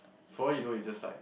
for all you know you just like